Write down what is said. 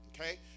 Okay